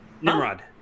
Nimrod